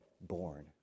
born